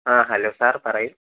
അ hello sir പറയൂ